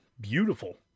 beautiful